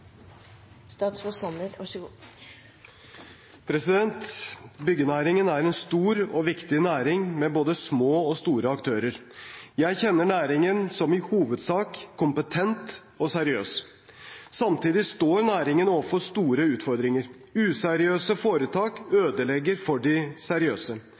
en stor og viktig næring med både små og store aktører. Jeg kjenner næringen som i hovedsak kompetent og seriøs. Samtidig står næringen overfor store utfordringer. Useriøse foretak ødelegger for de seriøse.